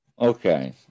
Okay